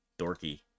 dorky